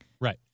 Right